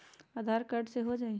आधार card से हो जाइ?